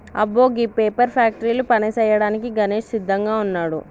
అబ్బో గీ పేపర్ ఫ్యాక్టరీల పని సేయ్యాడానికి గణేష్ సిద్దంగా వున్నాడు